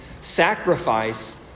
Sacrifice